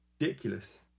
ridiculous